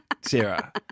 Sarah